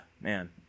man